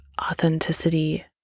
authenticity